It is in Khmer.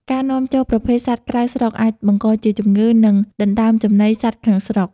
ការនាំចូលប្រភេទសត្វក្រៅស្រុក អាចបង្កជាជំងឺ និងដណ្តើមចំណីសត្វក្នុងស្រុក។